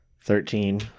Thirteen